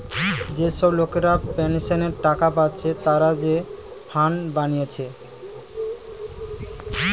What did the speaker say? যে সব লোকরা পেনসনের টাকা পায়েটে তারা যে ফান্ড বানাতিছে